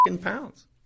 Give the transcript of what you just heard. pounds